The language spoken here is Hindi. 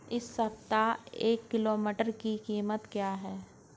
इस सप्ताह एक किलोग्राम मटर की कीमत क्या है?